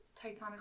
Titanic